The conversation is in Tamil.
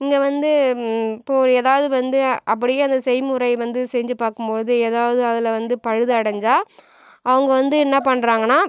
இங்கே வந்து இப்போ ஒரு எதாவது வந்து அப்படியே அந்த செய்முறை வந்து செஞ்சு பார்க்கும்போது எதாவது அதில் வந்து பழுதடஞ்சால் அவங்க வந்து என்ன பண்றாங்கன்னால்